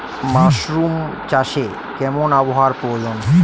Mushroom চাষে কেমন আবহাওয়ার প্রয়োজন?